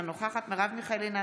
אינה נוכחת מרב מיכאלי,